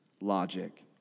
logic